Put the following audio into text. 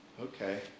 Okay